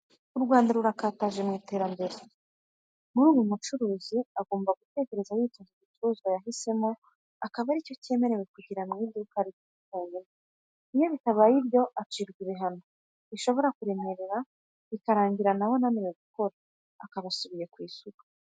U Rwanda rurakataje mu iterambere, buri mucurizi agomba gutekereza yitonze igicuruzwa ahisemo akaba ari cyo yemerewe kugira mu iduka rye cyonyine, iyo bitabaye ibyo acibwa ibihano, bishobora kuremera, bikarangira na we ananiwe gukora, akaba asubiye ku isuka.